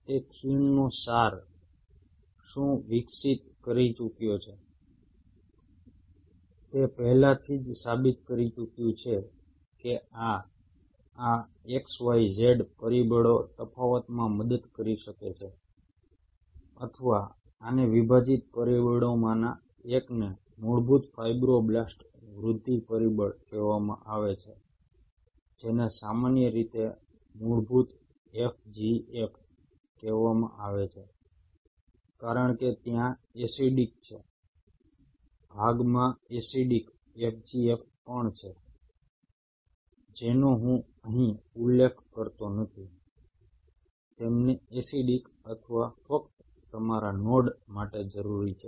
તેથી ખીણનો સાર શું વિકસિત કરી ચૂક્યો છે તે પહેલાથી જ સાબિત કરી ચૂક્યું છે કે આ આ xyz પરિબળો તફાવતમાં મદદ કરી શકે છે અથવા આને વિભાજીત પરિબળોમાંના એકને મૂળભૂત ફાઇબ્રોબ્લાસ્ટ વૃદ્ધિ પરિબળ કહેવામાં આવે છે જેને સામાન્ય રીતે મૂળભૂત FGF કહેવામાં આવે છે કારણ કે ત્યાં એસિડિક છે ભાગમાં એસિડિક FGF પણ છે જેનો હું અહીં ઉલ્લેખ કરતો નથી તેમને એસિડિક અથવા ફક્ત તમારા નોડ માટે જરૂરી છે